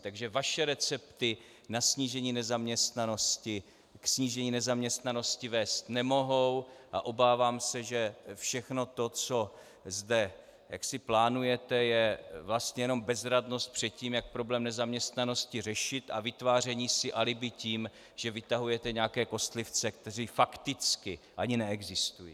Takže vaše recepty na snížení nezaměstnanosti ke snížení nezaměstnanosti vést nemohou a obávám se, že všechno to, co zde plánujete, je vlastně jenom bezradnost před tím, jak problém nezaměstnanosti řešit, a vytváření si alibi tím, že vytahujete nějaké kostlivce, kteří fakticky ani neexistují.